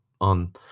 on